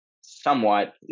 somewhat